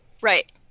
Right